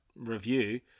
review